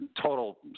total